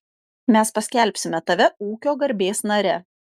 mes paskelbsime tave ūkio garbės nare